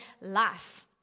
life